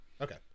Okay